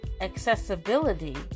accessibility